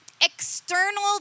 external